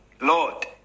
Lord